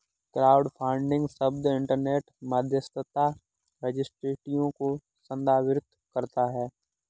crowdfunding शब्द internet मध्यस्थता रजिस्ट्रियों को संदर्भित करता है